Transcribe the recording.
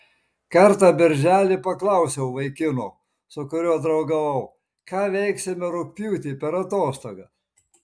kartą birželį paklausiau vaikino su kuriuo draugavau ką veiksime rugpjūtį per atostogas